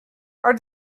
are